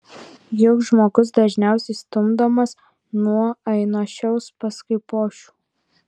juk žmogus dažniausiai stumdomas nuo ainošiaus pas kaipošių